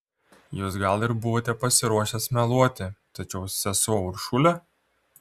jūs gal ir buvote pasiruošęs meluoti tačiau sesuo uršulė